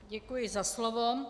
Děkuji za slovo.